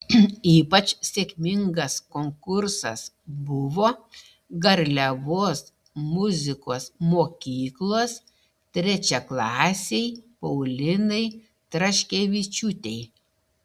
ypač sėkmingas konkursas buvo garliavos muzikos mokyklos trečiaklasei paulinai traškevičiūtei